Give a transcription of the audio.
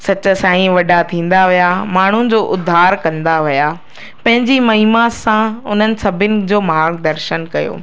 सच्चा साई वॾा थींदा विया माण्हुनि जो उधार कंदा विया पंहिंजी महिमा सां उन्हनि सभिनि जो मार्ग दर्शन कयो